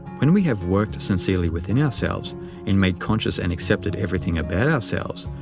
when we have worked sincerely within ourselves and made conscious and accepted everything about ourselves,